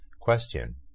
Question